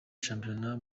shampiyona